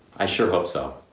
i sure hope so.